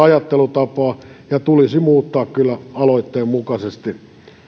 ajattelutapaa ja se tulisi muuttaa kyllä aloitteen mukaisesti